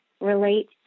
relate